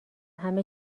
همه